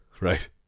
Right